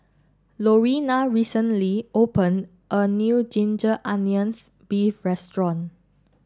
Lorena recently opened a new Ginger Onions Beef Restaurant